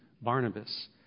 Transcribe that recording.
Barnabas